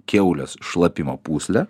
kiaulės šlapimo pūslę